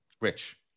Rich